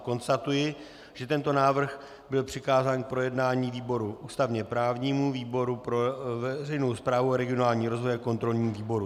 Konstatuji, že tento návrh byl přikázán k projednání výboru ústavněprávnímu, výboru pro veřejnou správu a regionální rozvoj a kontrolnímu výboru.